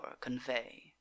convey